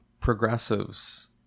progressives